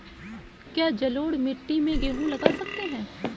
क्या जलोढ़ मिट्टी में गेहूँ लगा सकते हैं?